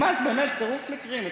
ממש, באמת, צירוף מקרים.